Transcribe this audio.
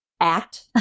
act